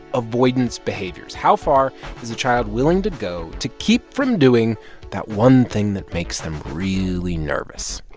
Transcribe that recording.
avoidance behaviors. how far is the child willing to go to keep from doing that one thing that makes them really nervous?